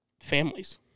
families